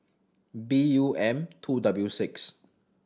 B U M two W six